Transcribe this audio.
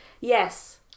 yes